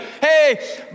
Hey